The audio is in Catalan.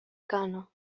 kano